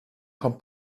kommt